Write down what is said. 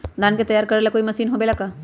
धान के तैयार करेला कोई मशीन होबेला का?